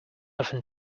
often